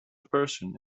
person